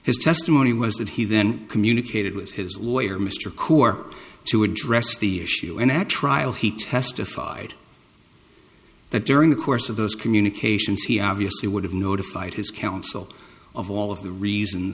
his testimony was that he then communicated with his lawyer mr couper to address the issue and at trial he testified that during the course of those communications he obviously would have notified his counsel of all of the reasons